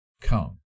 come